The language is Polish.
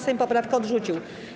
Sejm poprawkę odrzucił.